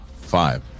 Five